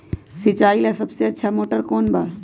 सिंचाई ला सबसे अच्छा मोटर कौन बा?